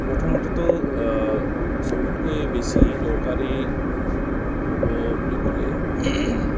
প্ৰথমতেতো চবতকৈ বেছি দৰকাৰী হ'ব বুলি ক'লে